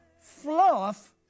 fluff